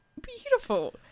beautiful